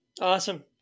Awesome